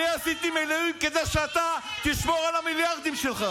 אני עשיתי מילואים כדי שאתה תשמור על המיליארדים שלך,